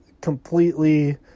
completely